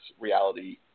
reality